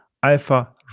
Alpha